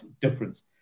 difference